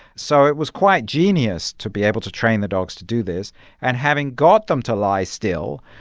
so it was quite genius to be able to train the dogs to do this and, having got them to lie still,